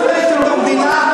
שאין לו 15% רייטינג במדינה,